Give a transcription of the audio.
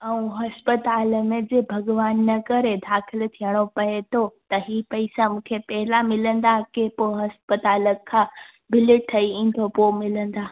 ऐं अस्पिताल में जे भॻवान न करे दाखिल थियणो पिए थो त ही पैसा मूंखे पहिला मिलंदा की पोइ अस्पिताल खां बिल ठहीं ईंदो पोइ मिलंदा